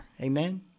Amen